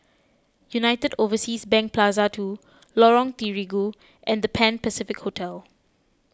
United Overseas Bank Plaza two Lorong Terigu and the Pan Pacific Hotel